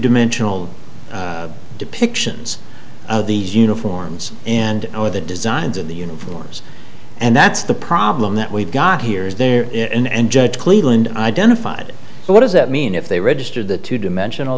dimensional depictions of the uniforms and or the designs of the uniforms and that's the problem that we've got here is there in and judge cleveland identified what does that mean if they registered the two dimensional